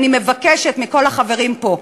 אני מבקשת מכל החברים פה: